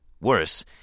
Worse